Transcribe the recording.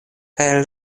kaj